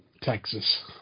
Texas